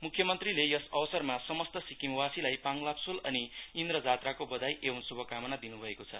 मुख्यमन्त्रीले यस अवसरमा समस्त सिक्किमवासीलाई पाङलाबसोल अनि इन्द्र जात्राको बधाई एवम् शुभकामना दिनु भएको छ